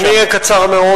אני אהיה קצר מאוד,